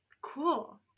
Cool